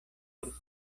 por